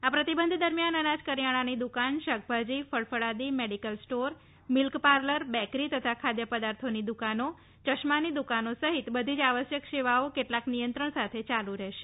આ પ્રતિબંધ દરમિયાન અનાજ કરિયાણાની દુકાન શાકભાજી ફળ ફળાદિ medical store milk parlour bakery તથા ખાદ્યપદાર્થોની દુકાનો યશ્માની દુકાનો સહિત બધી આવશ્યક સેવા કેટલાક નિયંત્રણ સાથે ચાલુ રહેશે